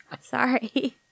Sorry